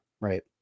right